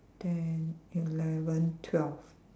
ten eleven twelve